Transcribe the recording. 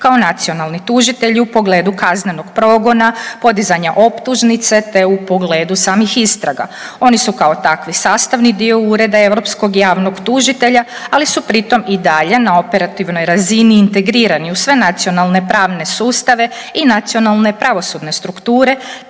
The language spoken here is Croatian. kao nacionalni tužitelj u pogledu kaznenog progona, podizanja optužnice te u pogledu samih istraga. Oni su kao takvi, sastavni dio Ureda europskog javnog tužitelja, ali su pritom i dalje na operativnoj razini integrirani u sve nacionalne pravne sustave i nacionalne pravosudne strukture